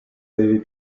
avez